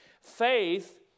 Faith